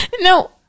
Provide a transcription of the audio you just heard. No